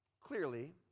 Clearly